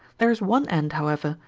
there is one end, however,